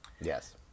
Yes